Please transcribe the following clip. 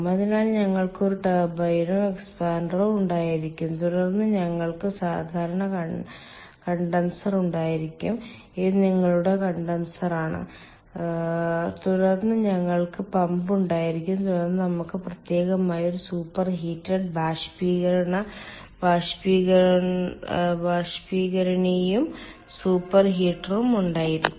അതിനാൽ ഞങ്ങൾക്ക് ഒരു ടർബൈനോ എക്സ്പാൻഡറോ ഉണ്ടായിരിക്കും തുടർന്ന് ഞങ്ങൾക്ക് സാധാരണ കണ്ടൻസർ ഉണ്ടായിരിക്കും ഇത് നിങ്ങളുടെ കണ്ടൻസറാണ് തുടർന്ന് ഞങ്ങൾക്ക് പമ്പ് ഉണ്ടായിരിക്കും തുടർന്ന് നമുക്ക് പ്രത്യേകമായി ഒരു സൂപ്പർഹീറ്റഡ് ബാഷ്പീകരണിയും സൂപ്പർ ഹീറ്ററും ഉണ്ടായിരിക്കാം